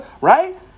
right